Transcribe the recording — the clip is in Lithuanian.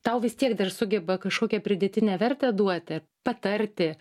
tau vis tiek dar sugeba kažkokią pridėtinę vertę duoti patarti